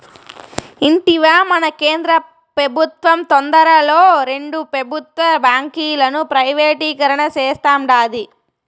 ఇంటివా, మన కేంద్ర పెబుత్వం తొందరలో రెండు పెబుత్వ బాంకీలను ప్రైవేటీకరణ సేస్తాండాది